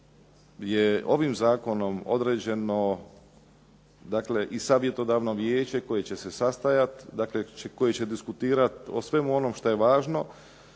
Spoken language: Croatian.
je ovim zakonom određeno dakle i savjetodavno vijeće koje će se sastajati, dakle koje će diskutirati o svemu onom što je važno,